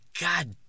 God